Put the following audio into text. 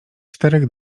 czterech